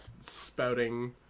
spouting